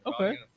Okay